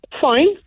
Fine